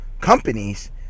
companies